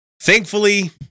thankfully